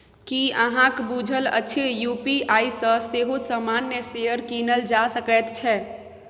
की अहाँक बुझल अछि यू.पी.आई सँ सेहो सामान्य शेयर कीनल जा सकैत छै?